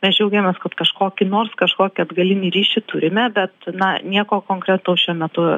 mes džiaugiamės kad kažkokį nors kažkokį atgalinį ryšį turime bet na nieko konkretaus šiuo metu